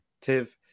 tiv